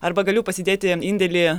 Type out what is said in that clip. arba galiu pasidėti indėlį